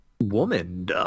woman